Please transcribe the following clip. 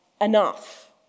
enough